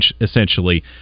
essentially